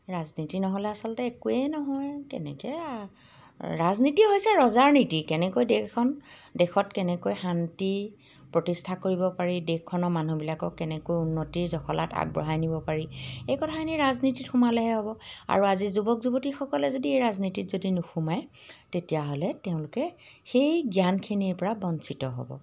ৰাজনীতি নহ'লে আচলতে একোৱেই নহয় কেনেকৈ ৰাজনীতি হৈছে ৰজাৰ নীতি কেনেকৈ দেশখন দেশত কেনেকৈ শান্তি প্ৰতিষ্ঠা কৰিব পাৰি দেশখনৰ মানুহবিলাকক কেনেকৈ উন্নতিৰ জখলাত আগবঢ়াই নিব পাৰি এই কথাখিনি ৰাজনীতিত সোমালেহে হ'ব আৰু আজি যুৱক যুৱতীসকলে যদি এই ৰাজনীতিত যদি নুসোমায় তেতিয়াহ'লে তেওঁলোকে সেই জ্ঞানখিনিৰ পৰা বঞ্চিত হ'ব